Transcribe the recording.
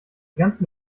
ganzen